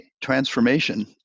transformation